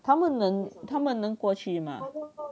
他们能他们能过去吗